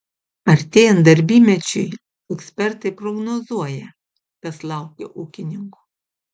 artėjant darbymečiui ekspertai prognozuoja kas laukia ūkininkų